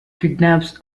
kidnaps